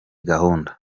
gahunda